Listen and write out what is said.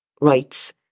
rights